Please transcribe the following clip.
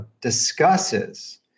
discusses